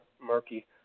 murky